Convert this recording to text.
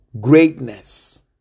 greatness